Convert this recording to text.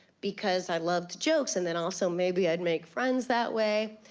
because i loved jokes. and then, also, maybe i'd make friends that way.